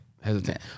hesitant